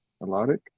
melodic